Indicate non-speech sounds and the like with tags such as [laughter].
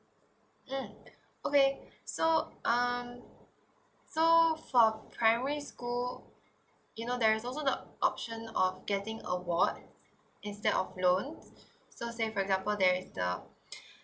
mm okay so um so for primary school you know there is also the option of getting awards instead of loan so say for example there is a [breath]